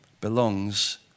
belongs